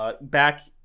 Back